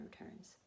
returns